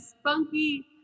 spunky